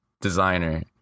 designer